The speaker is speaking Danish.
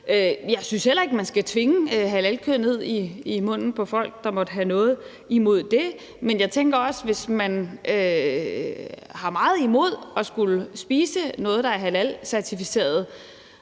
Jeg synes heller ikke, at man skal tvinge halalkød ned i halsen på folk, der måtte have noget imod det. Men jeg tænker også, at hvis man har meget imod at skulle spise noget, der er halalcertificeret,